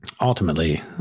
ultimately